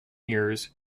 years